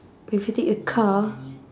but if you take a car